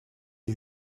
the